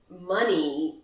money